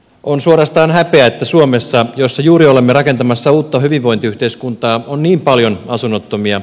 on suorastaan häpeä että suomessa jossa juuri olemme rakentamassa uutta hyvinvointiyhteiskuntaa on niin paljon asunnottomia